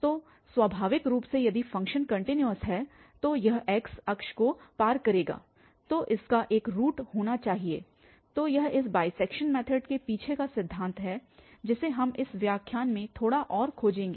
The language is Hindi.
तो स्वाभाविक रूप से यदि फंक्शन कन्टिन्यूअस है तो यह x अक्ष को पार करेगा तो इसका एक रूट होना चाहिए तो यह इस बाइसैक्शन मैथड के पीछे का सिद्धांत है जिसे हम इस व्याख्यान में थोड़ा और खोजेंगे